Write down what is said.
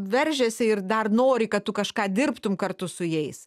veržiasi ir dar nori kad tu kažką dirbtum kartu su jais